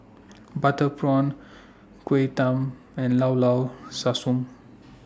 Butter Prawn Kuih Talam and Llao Llao Sanum